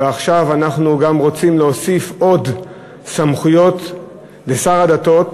ועכשיו אנחנו גם רוצים להוסיף עוד סמכויות לשר הדתות